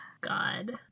God